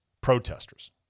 protesters